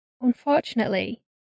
Unfortunately